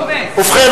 ובכן,